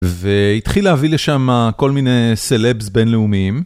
והתחיל להביא לשם כל מיני סלאבס בינלאומיים.